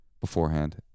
beforehand